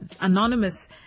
Anonymous